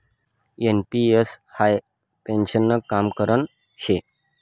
NPS हाई पेन्शननं काम करान शे